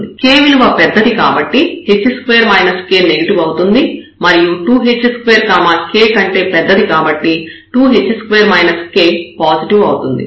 k విలువ పెద్దది కాబట్టి నెగెటివ్ అవుతుంది మరియు 2 h2 k కంటే పెద్దది కాబట్టి పాజిటివ్ అవుతుంది